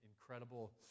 incredible